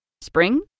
Spring